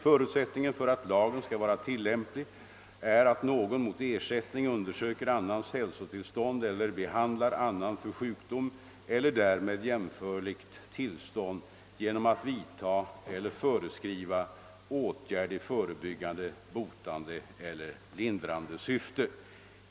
Förutsättningen för att lagen skall vara tilllämplig är att någon mot ersättning undersöker annans hälsotillstånd eller behandlar annan för sjukdom eller därmed jämförligt tillstånd genom att vidta eller föreskriva åtgärd i förebyggande, botande eller lindrande syfte.